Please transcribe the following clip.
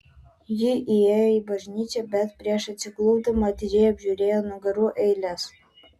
ji įėjo į bažnyčią bet prieš atsiklaupdama atidžiai apžiūrėjo nugarų eiles